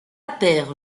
paire